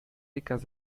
ricas